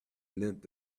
length